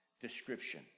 description